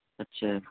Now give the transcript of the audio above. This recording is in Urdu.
اچھا